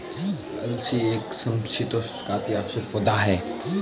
अलसी एक समशीतोष्ण का अति आवश्यक पौधा है